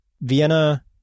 Vienna –